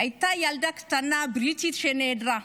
הייתה ילדה קטנה בריטית שנעדרה.